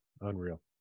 unreal